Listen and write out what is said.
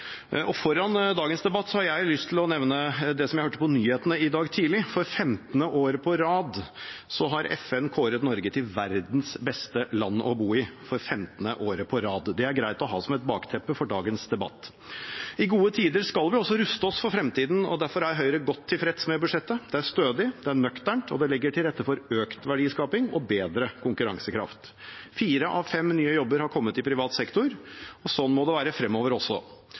Foran dagens debatt har jeg lyst til å nevne det som jeg hørte på nyhetene i dag tidlig. For 15. år på rad har FN kåret Norge til verdens beste land å bo i. Det er greit å ha som et bakteppe for dagens debatt. I gode tider skal vi også ruste oss for fremtiden, og derfor er Høyre godt tilfreds med budsjettet. Det er stødig, det er nøkternt, og det legger til rette for økt verdiskaping og bedre konkurransekraft. Fire av fem nye jobber har kommet i privat sektor, og slik må det være fremover også.